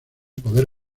poder